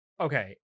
okay